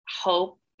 hope